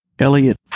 Elliot